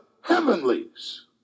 heavenlies